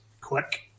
quick